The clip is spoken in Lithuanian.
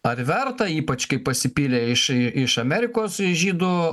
ar verta ypač kai pasipylė iš iš amerikos žydų